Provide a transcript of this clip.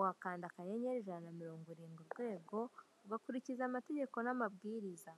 wakanda akanyenyeri ijana na mirongo irindwi urwego, ugakurikiza amategeko n'amabwiriza.